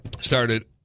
started